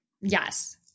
Yes